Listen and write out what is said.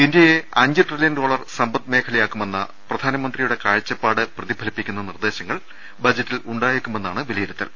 ഇന്ത്യയെ അഞ്ച് trillion dollar സമ്പദ് മേഖലയാക്കുമെന്ന പ്രധാനമന്ത്രിയുടെ കാഴ്ചപ്പാട് പ്രതിഫ ലിപ്പിക്കുന്ന നിർദ്ദേശങ്ങൾ ബജറ്റിൽ ഉണ്ടായേക്കുമെന്നാണ് വിലയിരുത്തൽ